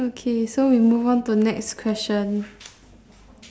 okay so we move on to next question